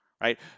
Right